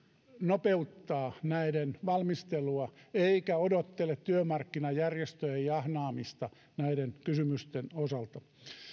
nopeuttaa näiden valmistelua eikä odottele työmarkkinajärjestöjen jahnaamista näiden kysymysten osalta